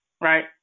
right